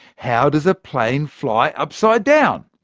how does a plane fly upside down?